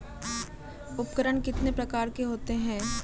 उपकरण कितने प्रकार के होते हैं?